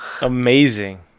amazing